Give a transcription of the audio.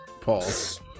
Pause